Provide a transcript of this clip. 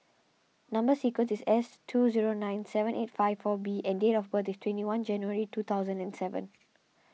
Number Sequence is S two zero nine seven eight five four B and date of birth is twenty one January two thousand and seven